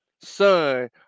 son